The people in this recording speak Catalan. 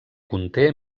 conté